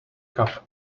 cup